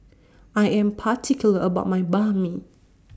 I Am particular about My Banh MI